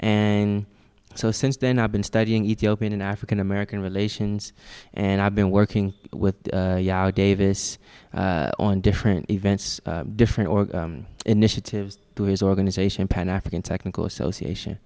and so since then i've been studying ethiopian african american relations and i've been working with davis on different events different or initiatives to his organization pan african technical association